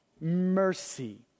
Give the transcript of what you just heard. mercy